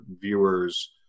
viewers